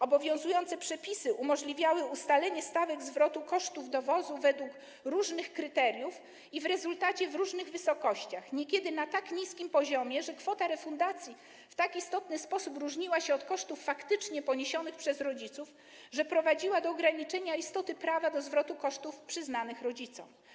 Obowiązujące przepisy umożliwiały ustalenie stawek zwrotu kosztów dowozu według różnych kryteriów i w rezultacie w różnych wysokościach, niekiedy na tak niskim poziomie, że kwota refundacji w tak istotny sposób różniła się od kosztów faktycznie poniesionych przez rodziców, że prowadziła do ograniczenia istoty prawa do zwrotu kosztów przyznanych rodzicom.